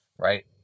Right